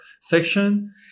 section